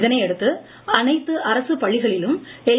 இதனையடுத்து அனைத்து அரசு பள்ளிகளிலும் எல்